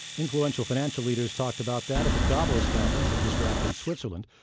influential financial leaders talked about that, at the davos conference that just wrapped in switzerland.